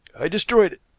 i destroyed it,